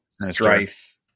Strife